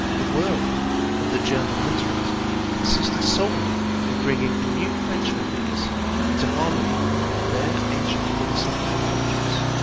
the world of the german literate consisted solely in bringing the new french ideas into harmony with their ancient philosophical conscience,